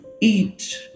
eat